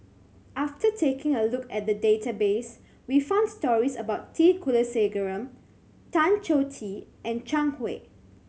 after taking a look at the database we found stories about T Kulasekaram Tan Choh Tee and Zhang Hui